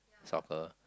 soccer